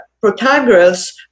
Protagoras